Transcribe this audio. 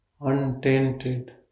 untainted